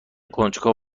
کنجکاو